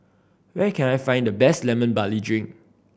where can I find the best Lemon Barley Drink